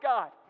God